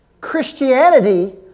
Christianity